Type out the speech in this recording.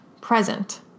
present